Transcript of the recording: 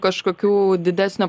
kažkokių didesnio